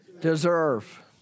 Deserve